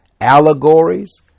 allegories